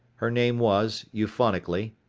her name was, euphonically,